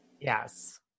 Yes